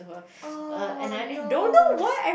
oh no